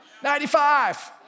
95